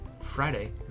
Friday